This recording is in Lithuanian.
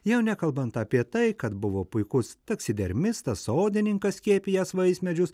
jau nekalbant apie tai kad buvo puikus taksidermistas sodininkas skiepijęs vaismedžius